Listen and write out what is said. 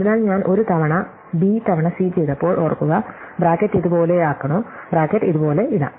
അതിനാൽ ഞാൻ ഒരു തവണ ബി തവണ സി ചെയ്തപ്പോൾ ഓർക്കുക ബ്രാക്കറ്റ് ഇതുപോലെയാക്കണോ ബ്രാക്കറ്റ് ഇതുപോലെ ഇടാം